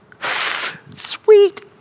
Sweet